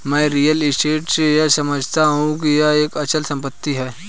मैं real estate से यह समझता हूं कि यह एक अचल संपत्ति है